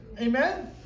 Amen